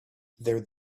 there